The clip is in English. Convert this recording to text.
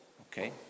Okay